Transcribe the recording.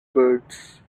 birds